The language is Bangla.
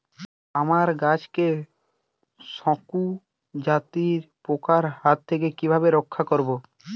আমার গাছকে শঙ্কু জাতীয় পোকার হাত থেকে কিভাবে রক্ষা করব?